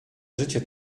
życie